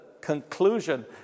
conclusion